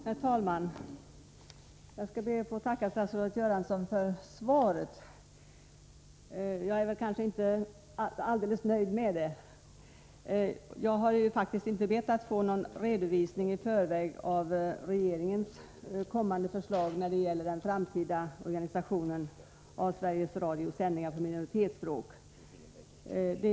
Herr talman! Jag skall be att få tacka statsrådet Göransson för svaret. Jag är väl inte alldeles nöjd med det. Jag har faktiskt inte bett att i förväg få någon redovisning av regeringens kommande förslag angående den framtida organisationen av Sveriges Radios sändningar på minoritetsspråk.